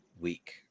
week